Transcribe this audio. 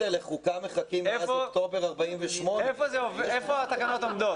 איפה התקנות עומדות?